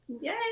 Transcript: Yay